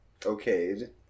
okayed